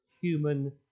human